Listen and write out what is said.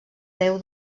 déu